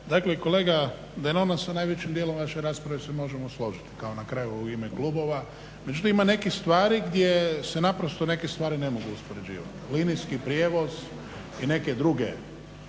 Dakle, kolega Denona sa najvećim dijelom vaše rasprave se možemo složiti kao na kraju u ime klubova. Međutim, ima nekih stvari gdje se naprosto neke stvari ne mogu uspoređivati. Linijski prijevoz i neke druge